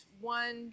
one